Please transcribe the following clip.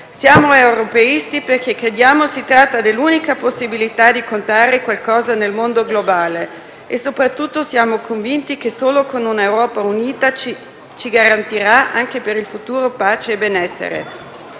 Siamo europeisti perché crediamo si tratti dell'unica possibilità di contare qualcosa nel mondo globale e, soprattutto, siamo convinti che solo un'Europa unita ci garantirà, anche per il futuro, pace e benessere.